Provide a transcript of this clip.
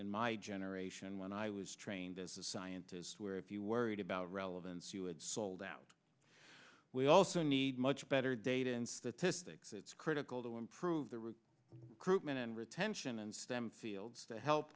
in my generation when i was trained as a scientist where if you worried about relevance you had sold out we also need much better data in statistics it's critical to improve the crewmen and retention and stem fields to help